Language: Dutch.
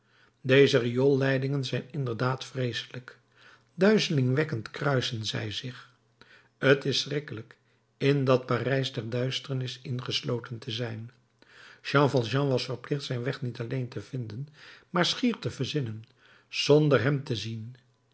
deze rioolleidingen zijn inderdaad vreeselijk duizelingwekkend kruisen zij zich t is schrikkelijk in dat parijs der duisternis ingesloten te zijn jean valjean was verplicht zijn weg niet alleen te vinden maar schier te verzinnen zonder hem te zien